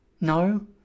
No